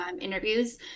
interviews